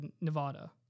Nevada